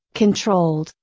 controlled,